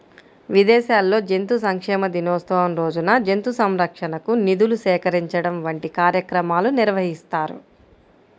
విదేశాల్లో జంతు సంక్షేమ దినోత్సవం రోజున జంతు సంరక్షణకు నిధులు సేకరించడం వంటి కార్యక్రమాలు నిర్వహిస్తారు